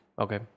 Okay